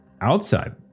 outside